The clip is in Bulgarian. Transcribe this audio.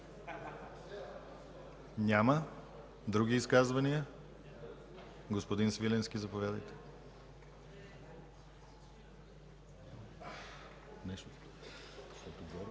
Няма. Други изказвания? Господин Свиленски, заповядайте. ГЕОРГИ